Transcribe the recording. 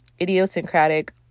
idiosyncratic